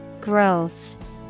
Growth